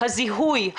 הזיהוי,